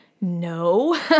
No